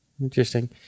Interesting